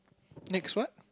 next one